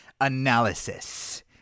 analysis